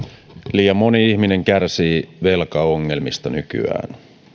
liian moni ihminen kärsii velkaongelmista nykyään